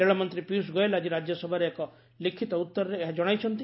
ରେଳମନ୍ତ୍ରୀ ପୀୟୁଷ ଗୋଏଲ୍ ଆଜି ରାଜ୍ୟସଭାରେ ଏକ ଲିଖିତ ଉତ୍ତରରେ ଏହା ଜଣାଇଛନ୍ତି